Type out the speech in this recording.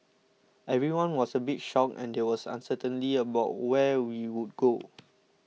everyone was a bit shocked and there was uncertainty about where we would go